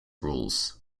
rules